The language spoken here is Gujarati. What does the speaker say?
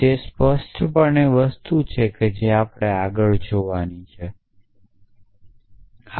તે સ્પષ્ટપણે તે વસ્તુ છે જે આપણે આગળ જોવાની જરૂર છે